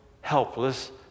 helpless